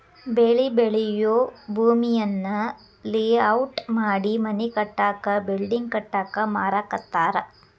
ಬೆಳಿ ಬೆಳಿಯೂ ಭೂಮಿಯನ್ನ ಲೇಔಟ್ ಮಾಡಿ ಮನಿ ಕಟ್ಟಾಕ ಬಿಲ್ಡಿಂಗ್ ಕಟ್ಟಾಕ ಮಾರಾಕತ್ತಾರ